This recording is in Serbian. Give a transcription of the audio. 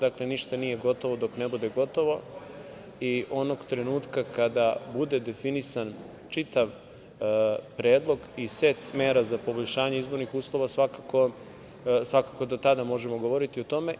Dakle, ništa nije gotovo dok ne bude gotovo i onog trenutka kada bude definisan čitav predlog i set mera za poboljšanje izbornih uslova, svakako da tada možemo govoriti o tome.